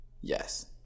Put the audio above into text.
Yes